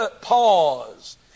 pause